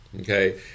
okay